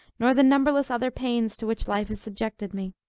nor the numberless other pains to which life has subjected me.